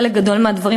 חלק גדול מהדברים,